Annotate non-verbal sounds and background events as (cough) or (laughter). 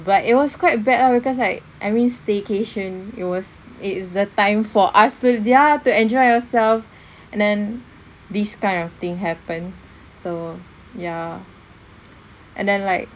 but it was quite bad ah because like I mean staycation it was is the time for us to ya to enjoy yourself (breath) and then these kind of thing happen so ya and then like